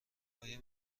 آیا